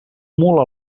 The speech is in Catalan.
mula